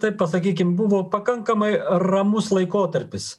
taip pasakykim buvo pakankamai ramus laikotarpis